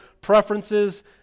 preferences